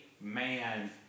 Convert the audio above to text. man